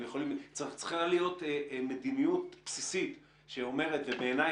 צריכה להיות מדיניות בסיסית שאומרת ובעיניי,